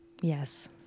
Yes